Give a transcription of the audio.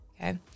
Okay